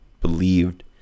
believed